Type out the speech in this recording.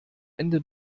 ende